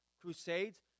crusades